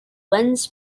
lens